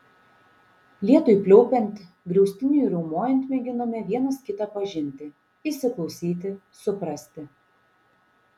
lietui pliaupiant griaustiniui riaumojant mėginome vienas kitą pažinti įsiklausyti suprasti